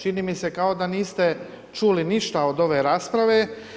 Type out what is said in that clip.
Čini mi se kao da niste čuli ništa od ove rasprave.